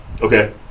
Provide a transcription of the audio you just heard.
Okay